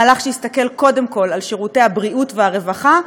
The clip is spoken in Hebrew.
מהלך שיסתכל קודם כול על שירותי הבריאות והרווחה,